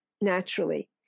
naturally